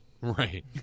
Right